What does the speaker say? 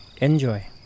Enjoy